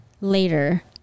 later